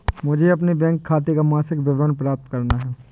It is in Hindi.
मुझे अपने बैंक खाते का मासिक विवरण प्राप्त करना है?